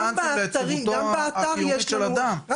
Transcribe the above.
הפיננסים והקיומית של אדם גם באתר יש לנו בעיות,